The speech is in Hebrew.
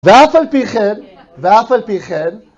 ואף על פי כן, ואף על פי כן.